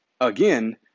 Again